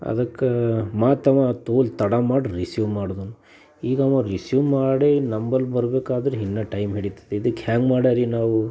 ಅದಕ್ಕೆ ಮತ್ತವ ತೋಲ ತಡ ಮಾಡಿ ರಿಸೀವ್ ಮಾಡಿದನು ಈಗವ ರಿಸೀವ್ ಮಾಡಿ ನಂಬಳಿ ಬರ್ಬೇಕಾದ್ರೆ ಇನ್ನೂ ಟೈಮ್ ಹಿಡಿತದೆ ಇದ್ಕೆ ಹೆಂಗೆ ಮಾಡಾರಿ ನಾವು